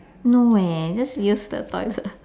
no leh just use the toilet